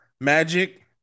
Magic